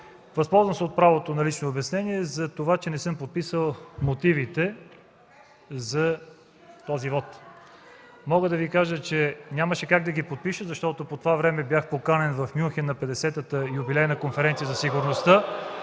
Възползвам се от правото на лично обяснение за това, че не съм подписал мотивите за този вот. (Провиквания от КБ.) Мога да Ви кажа, че нямаше как да ги подпиша, защото по това време бях поканен в Мюнхен на Петдесетата юбилейна конференция за сигурността